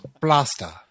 Blaster